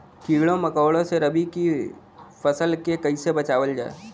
कीड़ों मकोड़ों से रबी की फसल के कइसे बचावल जा?